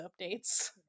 updates